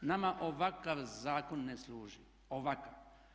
Nama ovakav zakon ne služi, ovakav.